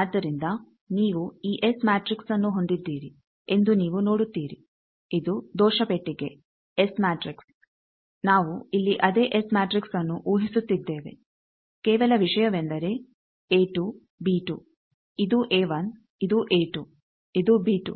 ಆದ್ದರಿಂದ ನೀವು ಈ ಎಸ್ ಮ್ಯಾಟ್ರಿಕ್ಸ್ಅನ್ನು ಹೊಂದಿದ್ದೀರಿ ಎಂದು ನೀವು ನೋಡುತ್ತೀರಿ ಇದು ದೋಷ ಪೆಟ್ಟಿಗೆ ಎಸ್ ಮ್ಯಾಟ್ರಿಕ್ಸ್ ನಾವು ಇಲ್ಲಿ ಅದೇ ಎಸ್ ಮ್ಯಾಟ್ರಿಕ್ಸ್ಅನ್ನು ಊಹಿಸುತ್ತಿದ್ದೇವೆ ಕೇವಲ ವಿಷಯವೆಂದರೆ a2 b2 ಇದು a1 ಇದು a2 ಇದು b2